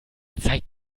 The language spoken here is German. zeig